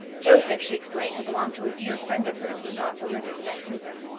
joseph, she explained, had belonged to a dear friend of hers who had gone to live in vancouver.